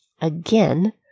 again